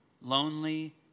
lonely